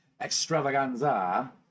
extravaganza